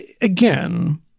again